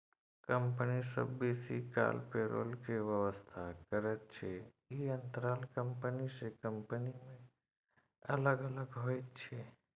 company सब बेसी काल पेरोल के व्यवस्था करैत छै, ई अंतराल कंपनी से कंपनी में अलग अलग होइत छै